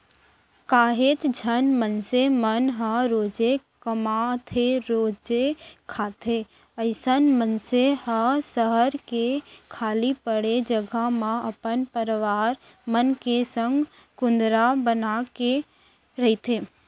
काहेच झन मनसे मन ह रोजे कमाथेरोजे खाथे अइसन मनसे ह सहर के खाली पड़े जघा म अपन परवार मन के संग कुंदरा बनाके रहिथे